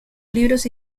libros